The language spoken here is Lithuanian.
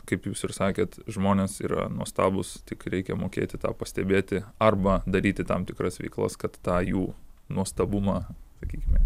kaip jūs ir sakėt žmonės yra nuostabūs tik reikia mokėti tą pastebėti arba daryti tam tikras veiklas kad tą jų nuostabumą sakykime